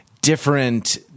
different